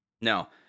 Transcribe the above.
No